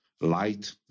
light